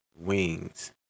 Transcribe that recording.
Wings